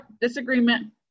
Disagreement